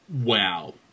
Wow